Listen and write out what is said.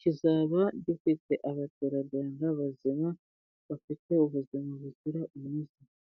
kizaba gifite abaturarwanda bazima bafite ubuzima buzira umuze.